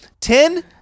Ten